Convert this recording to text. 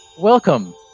Welcome